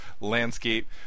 landscape